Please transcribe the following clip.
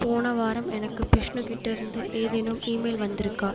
போன வாரம் எனக்கு பிஷ்ணுகிட்டயிருந்து ஏதேனும் ஈமெயில் வந்திருக்கா